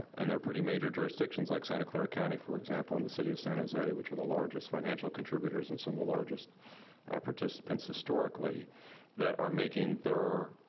and they're pretty major jurisdictions like santa clara county for example, and the city of san jose, which are the largest financial contributors and some of the largest participants historically that are making their,